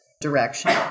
direction